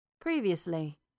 Previously